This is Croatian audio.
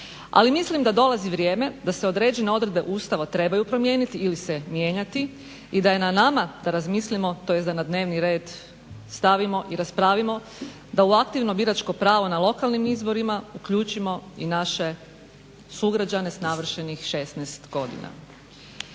ali mislim da dolazi vrijeme da se određene odredbe Ustava trebaju promijeniti ili se mijenjati i da je na nama da razmislimo tj. da na dnevni red stavimo i raspravimo. Da u aktivno biračko pravo na lokalnim izborima uključimo i naše sugrađana s navršenih 16 godina.